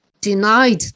denied